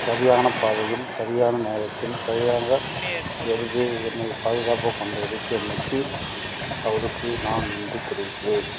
சரியான பாதையில் சரியான நேரத்தில் சரியாக எளிதில் என்னை பாதுகாப்பாக கொண்டு இறக்கியமைக்கு அவருக்கு நான் நன்றி தெரிவிக்கிறேன்